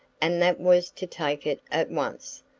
and that was to take it at once,